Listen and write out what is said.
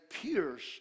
pierce